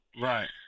Right